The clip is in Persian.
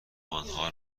آنها